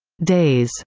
days,